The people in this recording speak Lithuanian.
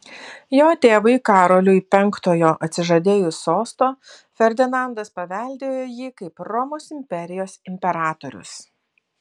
jo tėvui karoliui penktojo atsižadėjus sosto ferdinandas paveldėjo jį kaip romos imperijos imperatorius